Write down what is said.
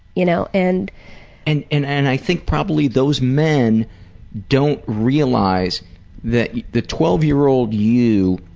you know. and and and and i think probably those men don't realize that the twelve year old you